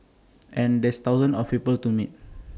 and there's thousands of people to meet